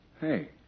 Hey